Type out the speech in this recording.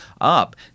up